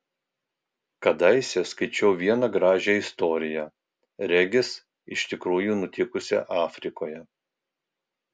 kadaise skaičiau vieną gražią istoriją regis iš tikrųjų nutikusią afrikoje